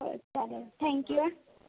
हो चालेल थँक्यू आं